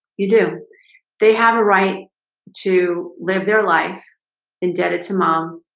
you do they have a right to? live their life in debt it to mom,